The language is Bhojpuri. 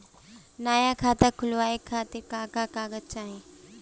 नया खाता खुलवाए खातिर का का कागज चाहीं?